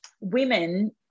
women